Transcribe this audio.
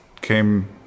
came